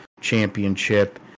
Championship